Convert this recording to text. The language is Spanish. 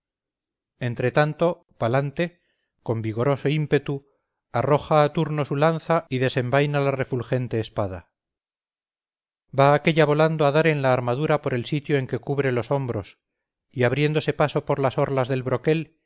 entre tanto palante con vigoroso ímpetu arroja a turno su lanza y desenvaina la refulgente espada va aquella volando a dar en la armadura por el sitio en que cubre los hombros y abriéndose paso por las orlas del broquel